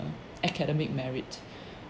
academic merit